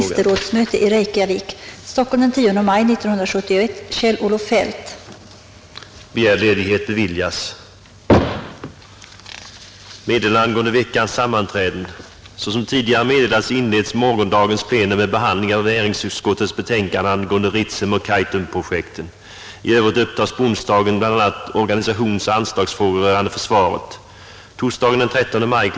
Såsom tidigare meddelats inleds morgondagens plenum med behandling av näringsutskottets betänkande angående Ritsemoch Kaitumprojekten. I övrigt upptas på onsdagen bl.a. organisationsoch anslagsfrågor rörande försvaret. Torsdagen den 13 maj kl.